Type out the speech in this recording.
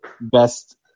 best